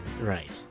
Right